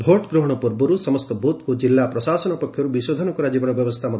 vote ଗ୍ରହଣ ପୂର୍ବର୍ ସମସ୍ତ ବୃଥକୁ ଜିଲ୍ଲା ପ୍ରଶାସନ ପକ୍ଷରୁ ବିଶୋଧ କରାଯିବାର ବ୍ୟବସ୍ରୁ